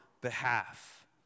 behalf